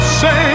say